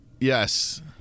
Yes